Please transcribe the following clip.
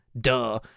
duh